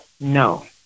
No